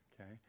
okay